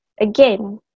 again